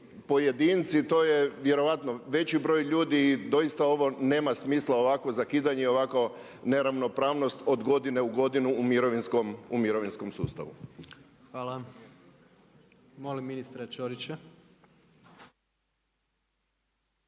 pojedinci, to je vjerojatno veći broj ljudi i doista ovo nema smisla ovakvo zakidanje i ovakva neravnopravnost od godine u godinu u mirovinskom sustavu? **Jandroković, Gordan